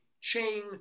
chain